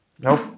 Nope